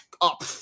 up